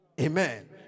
Amen